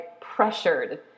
pressured